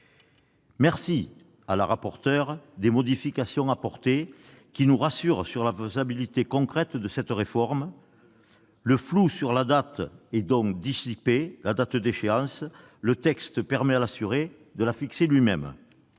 Mme le rapporteur des modifications apportées qui nous rassurent sur la faisabilité concrète de cette réforme. Le flou sur la date d'échéance est dissipé : le texte permet à l'assuré de la fixer lui-même.